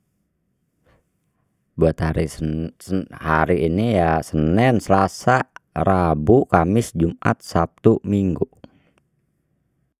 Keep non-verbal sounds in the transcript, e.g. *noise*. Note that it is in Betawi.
Buat hari sen *hesitation* hari ini ya, senin selasa rabu kamis jumat sabtu minggu